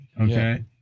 Okay